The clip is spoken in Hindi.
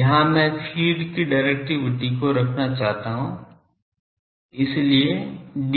यहां मैं फ़ीड की डिरेक्टिविटी को रखना चाहता हूं इसलिए Df